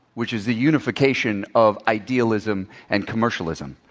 which is the unification of idealism and commercialism.